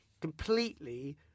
completely